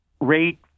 rate